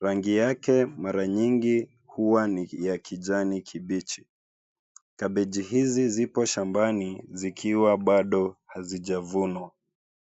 Rangi yake mara nyingi huwa ni ya kijani kibichi. Kabeji hizi zipo shambani zikiwa bado hazijavunwa.